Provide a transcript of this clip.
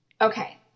Okay